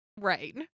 Right